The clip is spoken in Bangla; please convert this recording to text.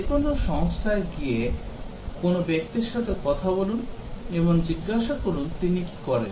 যেকোনো সংস্থায় গিয়ে কোনও ব্যক্তির সাথে কথা বলুন এবং জিজ্ঞাসা করুন তিনি কী করেন